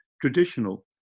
traditional